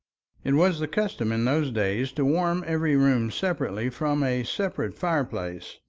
it was the custom in those days to warm every room separately from a separate fireplace,